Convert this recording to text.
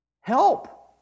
Help